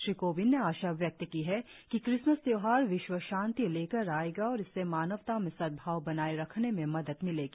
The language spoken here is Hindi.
श्री कोविंद ने आशा व्यक्त की है कि क्रिसमस त्योहार विश्वशांति लेकर आएगा और इससे मानवता में सद्भाव बनाए रखने में मदद मिलेगी